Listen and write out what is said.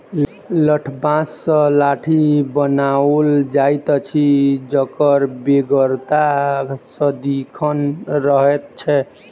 लठबाँस सॅ लाठी बनाओल जाइत अछि जकर बेगरता सदिखन रहैत छै